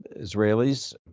Israelis